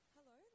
Hello